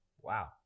wow